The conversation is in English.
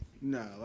no